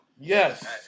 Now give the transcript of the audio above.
Yes